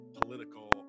political